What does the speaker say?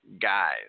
Guys